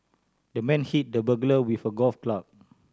the man hit the burglar with a golf club